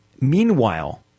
meanwhile